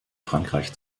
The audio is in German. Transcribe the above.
frankreich